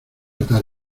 atar